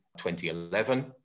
2011